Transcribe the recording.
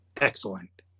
excellent